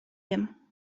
wiem